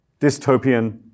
dystopian